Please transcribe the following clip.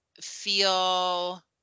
feel